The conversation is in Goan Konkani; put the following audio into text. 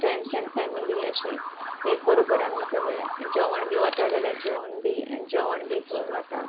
फ्रेंड्स एंड फॅमिली अशें एक बरोबर आमी सगळे जेवण बी वता जाल्यार जेवण बी जेवण बी घेवन वतात